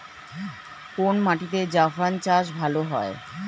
কোন মাটিতে জাফরান চাষ ভালো হয়?